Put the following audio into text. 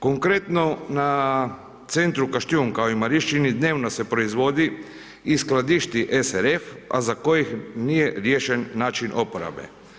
Konkretno na na centru Kaštijun, kao i Marišćini dnevno se proizvodi i skladišti SRF, a za koji nije riješen način uporabe.